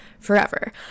forever